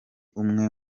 umwe